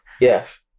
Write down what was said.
Yes